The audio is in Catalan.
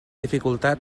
dificultat